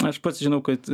aš pats žinau kad